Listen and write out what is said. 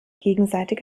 gegenseitig